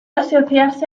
asociarse